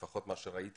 לפחות ממה שראיתי